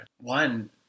One